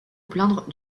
plaindre